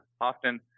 often